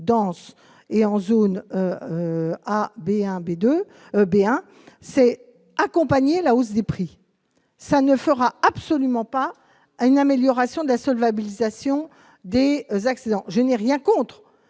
et en zone A B 1 B 2 B I c'est accompagner la hausse des prix, ça ne fera absolument pas à une amélioration de la solvabilisation des accidents génie rien contre,